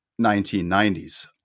1990s